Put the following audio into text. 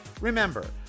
Remember